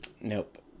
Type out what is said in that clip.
Nope